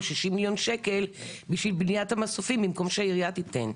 60 מיליון שקל בשביל בניית המסופים במקום שהעירייה תיתן.